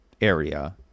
area